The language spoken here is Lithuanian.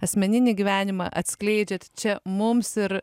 asmeninį gyvenimą atskleidžiat čia mums ir